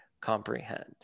comprehend